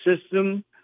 system